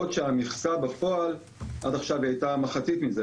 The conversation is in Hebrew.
בעוד שהמכסה בפועל הייתה עד עכשיו מחצית מזה,